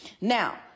Now